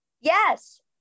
Yes